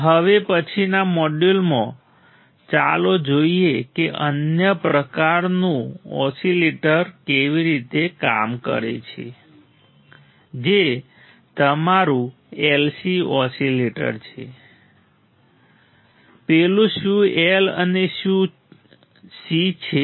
તો હવે પછીના મોડ્યુલમાં ચાલો જોઈએ કે અન્ય પ્રકારનું ઓસીલેટર કેવી રીતે કામ કરે છે જે તમારું LC ઓસીલેટર છે પેલું શું L અને C છે